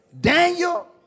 Daniel